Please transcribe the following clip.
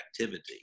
activity